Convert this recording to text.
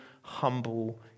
humble